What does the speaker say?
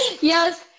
Yes